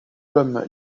comme